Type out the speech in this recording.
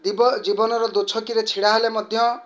ଦୀବ ଜୀବନର ଦୋଛକିରେ ଛିଡ଼ା ହେଲେ ମଧ୍ୟ